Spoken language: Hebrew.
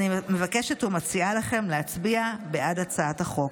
אני מבקשת ומציעה לכם להצביע בעד הצעת החוק.